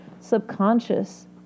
subconscious